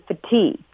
fatigued